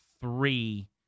three